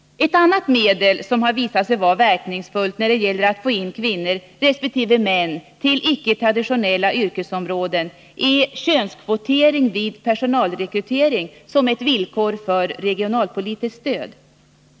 Ett annat medel som har visat sig vara verkningsfullt när det gäller att få in kvinnor resp. män på icke traditionella yrkesområden är könskvotering vid personalrekrytering som ett villkor för regionalpolitiskt stöd.